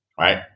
Right